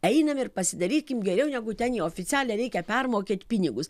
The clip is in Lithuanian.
einam ir pasidarykim geriau negu ten į oficialią reikia permokėt pinigus